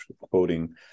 quoting